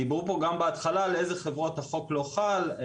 דיברו פה גם בהתחלה על החברות שהחוק לא חל עליהן.